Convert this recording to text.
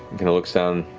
you know looks down,